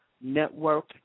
Network